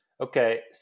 Okay